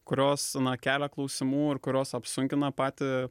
kurios kelia klausimų ir kurios apsunkina patį